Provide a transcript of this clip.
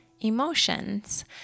Emotions